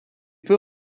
peu